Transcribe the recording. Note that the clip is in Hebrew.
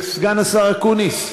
סגן השר אקוניס,